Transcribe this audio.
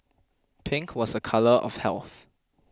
pink was a colour of health